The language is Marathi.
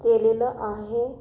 केलेलं आहे